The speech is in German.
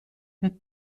der